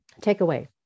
takeaway